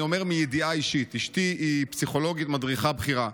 אני אומר מידיעה אישית: אשתי היא פסיכולוגית מדריכה בכירה.